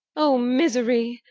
o misery!